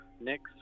next